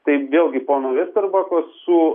tai vėlgi pono veseterbako su